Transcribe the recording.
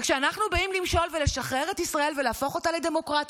וכשאנחנו באים למשול ולשחרר את ישראל ולהפוך אותה לדמוקרטית,